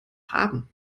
haben